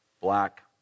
black